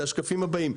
זה השקפים הבאים,